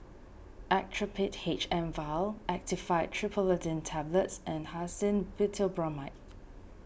Actrapid H M vial Actifed Triprolidine Tablets and Hyoscine Butylbromide